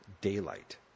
daylight